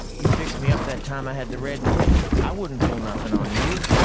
you fixed me up that time i had the red pip. i wouldn't pull nothing on you.